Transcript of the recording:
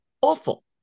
awful